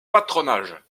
patronage